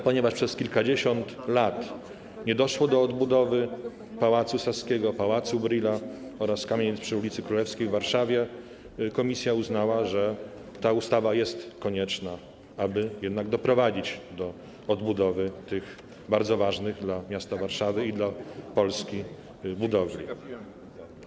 Ponieważ przez kilkadziesiąt lat nie doszło do odbudowy Pałacu Saskiego, Pałacu Brühla oraz kamienic przy ul. Królewskiej w Warszawie, komisja uznała, że ta ustawa jest konieczna, aby jednak doprowadzić do odbudowy tych bardzo ważnych dla miasta Warszawy i dla Polski budowli.